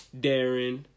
Darren